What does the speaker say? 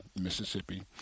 Mississippi